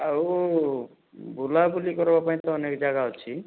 ଆଉ ବୁଲାବୁଲି କରିବା ପାଇଁ ତ ଅନେକ ଜାଗା ଅଛି